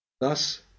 Thus